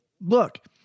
look